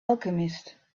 alchemist